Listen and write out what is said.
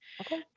Okay